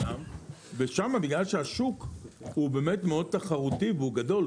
אז בגלל שהשוק מאוד תחרותי וגדול,